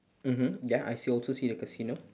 mmhmm ya I see also see the casino